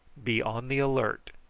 be on the alert.